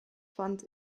fand